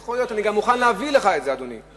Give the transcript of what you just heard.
יכול להיות, אני גם מוכן להביא לך את זה, אדוני.